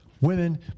women